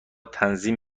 تنظیم